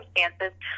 circumstances